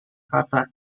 kata